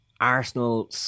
Arsenal